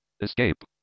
Escape